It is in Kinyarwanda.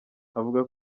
avuga